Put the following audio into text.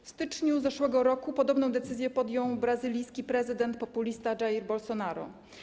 W styczniu zeszłego roku podobną decyzję podjął brazylijski prezydent populista Jair Bolsonaro.